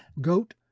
goat